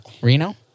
Reno